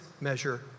measure